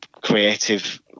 creative